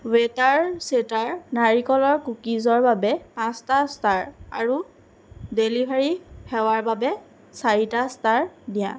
better চেটাৰ নাৰিকলৰ কুকিছৰ বাবে পাঁচটা ষ্টাৰ আৰু ডেলিভাৰী সেৱাৰ বাবে চাৰিটা ষ্টাৰ দিয়া